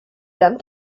eran